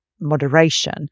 moderation